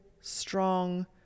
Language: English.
strong